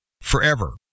forever